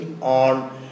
on